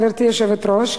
גברתי היושבת-ראש,